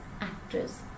actress